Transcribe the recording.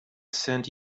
sent